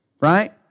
Right